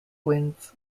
winds